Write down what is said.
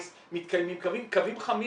מתקיימים קווים חמים,